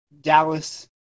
Dallas